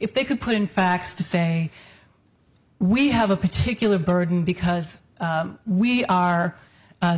if they could put in facts to say we have a particular burden because we are